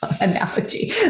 analogy